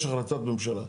יש החלטת ממשלה.